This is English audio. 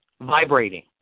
vibrating